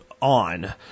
on